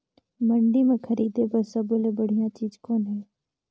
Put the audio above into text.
मंडी म खरीदे बर सब्बो ले बढ़िया चीज़ कौन हे?